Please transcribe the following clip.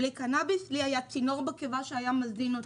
בלי קנביס, לי היה צינור בקיבה שהיה מזין אותי.